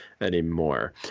anymore